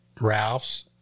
Ralph's